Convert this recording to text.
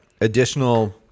additional